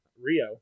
Rio